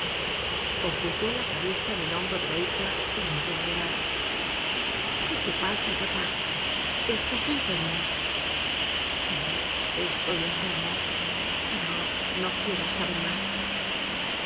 ocultó la cabeza en el hombro de la hija y rompió a llorar qué te pasa papá estás enfermo sí estoy enfermo pero no quieras saber más